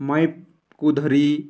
ମାଇକ୍କୁ ଧରି